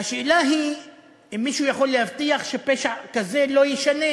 והשאלה היא אם מישהו יכול להבטיח שפשע כזה לא יישנה.